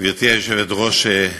גברתי היושבת-ראש,